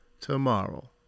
tomorrow